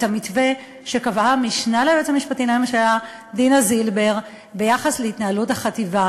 המתווה שקבעה המשנה ליועץ המשפטי לממשלה דינה זילבר ביחס להתנהלות החטיבה.